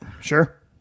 Sure